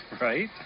Right